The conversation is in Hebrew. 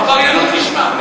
עבריינות לשמה.